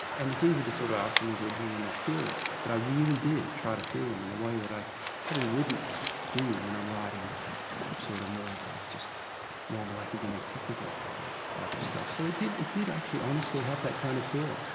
and it's easy to sort of ask them and glibly and not feel them, but i really did try to feel them in a way that i probably wouldn't do when i'm writing sort of more just normal academic technical type of stuff. so it did it did actually honestly have that kind of feel